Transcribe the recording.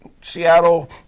seattle